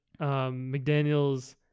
McDaniels